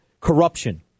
corruption